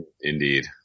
Indeed